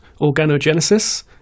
Organogenesis